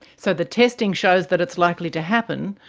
so the testing shows that it's likely to happen,